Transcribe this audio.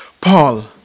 Paul